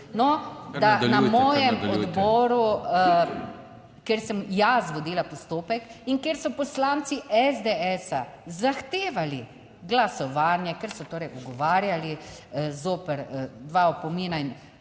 No, da na mojem odboru, kjer sem jaz vodila postopek in kjer so poslanci SDS zahtevali glasovanje, ker so torej ugovarjali zoper dva opomina in